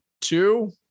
two